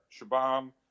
Shabam